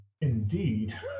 indeed